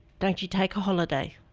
don't you take a holiday?